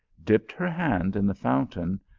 dipped her hand in the fountain,